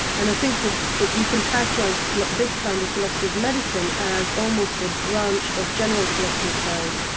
and i think that you can characterise this kind of philosophy of medicine as almost a branch of general philosophy of science,